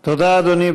תודה, אדוני.